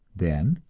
then,